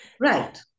Right